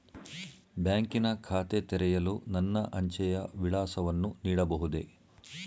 ಬ್ಯಾಂಕಿನ ಖಾತೆ ತೆರೆಯಲು ನನ್ನ ಅಂಚೆಯ ವಿಳಾಸವನ್ನು ನೀಡಬಹುದೇ?